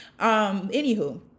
anywho